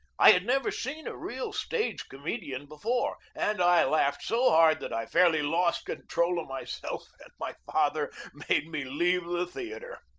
i had never seen a real stage comedian before, and i laughed so hard that i fairly lost control of myself, and my father made me leave the theatre.